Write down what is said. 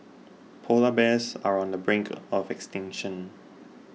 Polar Bears are on the brink of extinction